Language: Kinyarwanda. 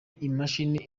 imashini